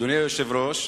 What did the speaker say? אדוני היושב-ראש,